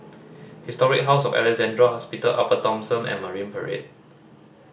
Historic House of Alexandra Hospital Upper Thomson and Marine Parade